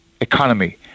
economy